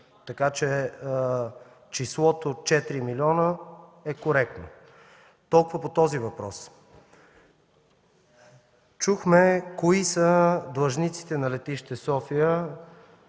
така че числото „4 милиона” е коректно. Толкова по този въпрос. Чухме кои са длъжниците на летище София.